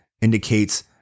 indicates